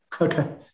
Okay